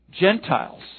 Gentiles